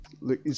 look